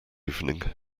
evening